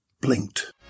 blinked